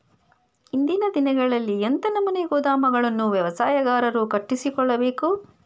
ಇಂದಿನ ದಿನಗಳಲ್ಲಿ ಎಂಥ ನಮೂನೆ ಗೋದಾಮುಗಳನ್ನು ವ್ಯವಸಾಯಗಾರರು ಕಟ್ಟಿಸಿಕೊಳ್ಳಬೇಕು?